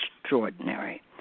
extraordinary